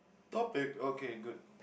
topic okay good